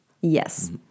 Yes